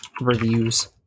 reviews